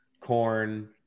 Corn